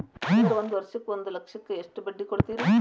Sir ಒಂದು ವರ್ಷಕ್ಕ ಒಂದು ಲಕ್ಷಕ್ಕ ಎಷ್ಟು ಬಡ್ಡಿ ಕೊಡ್ತೇರಿ?